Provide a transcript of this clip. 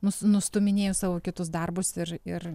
nus nustūminėju savo kitus darbus ir ir